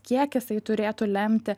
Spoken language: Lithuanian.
kiek jisai turėtų lemti